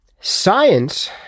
Science